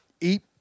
Eat